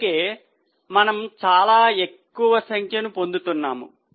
అందుకే మనము చాలా ఎక్కువ సంఖ్యను పొందుతున్నాము